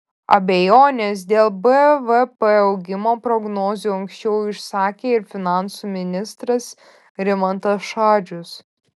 abejones dėl bvp augimo prognozių anksčiau išsakė ir finansų ministras rimantas šadžius